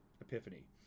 epiphany